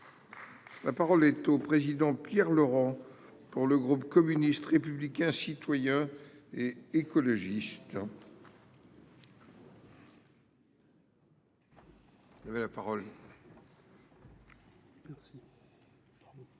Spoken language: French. La parole est au président Pierre Laurent pour le groupe communiste, républicain, citoyen et écologiste. Avez la parole.